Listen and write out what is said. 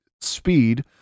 speed